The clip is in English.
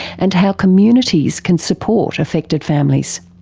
and how communities can support affected families.